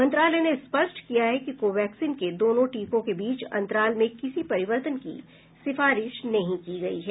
मंत्रालय ने स्पष्ट किया कि कोवैक्सीन के दोनों टीकों के बीच अंतराल में किसी परिवर्तन की सिफारिश नहीं की गई है